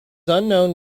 unknown